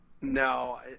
No